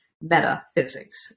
metaphysics